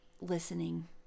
listening